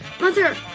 Mother